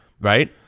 right